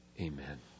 Amen